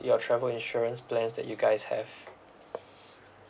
your travel insurance plans that you guys have